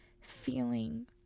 feeling